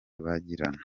bagirana